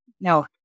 No